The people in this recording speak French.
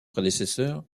prédécesseur